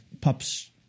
pups